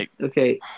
okay